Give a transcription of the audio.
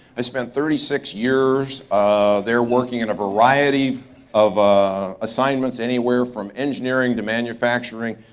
i spent thirty six years um there working in a variety of ah assignments anywhere from engineering to manufacturing,